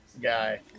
guy